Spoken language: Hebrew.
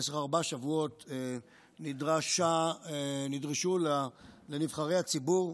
במשך ארבעה שבועות נדרשו לנבחרי הציבור,